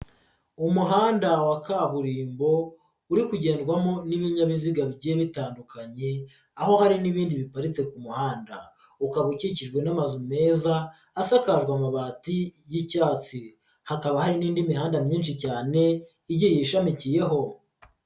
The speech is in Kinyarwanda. Umuhanda wa kaburimbo uri kugendwamo n'ibinyabiziga bigiye bitandukanye, aho hari n'ibindi biparitse ku muhanda ukaba ukikijwe n'amazu meza asakajwe amabati y'icyatsi, hakaba hari n'indi mihanda myinshi cyane igiye ishamikiyeho.